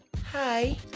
hi